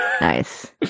Nice